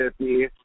50